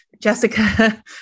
Jessica